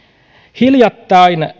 hiljattain